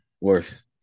Worse